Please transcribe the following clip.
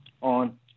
on